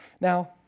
Now